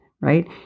right